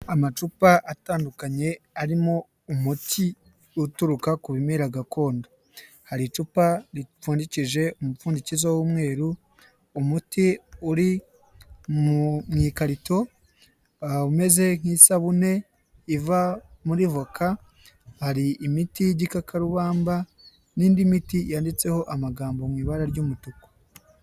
Amacupa atandukanye arimo umuti uturuka ku bimera gakondo, hari icupa ripfundikije umupfundikozo w'umweru, umuti uri mu ikarito, umeze nk'isabune iva muri voka, hari imiti y'igikakarubamba, n'indi miti yanditseho amagambo mu ibara ry'umutuku.